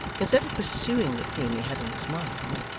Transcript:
instead of pursuing the theme he had in his mind,